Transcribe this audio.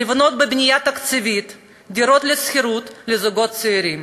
לבנות בבנייה תקציבית דירות לשכירות לזוגות צעירים.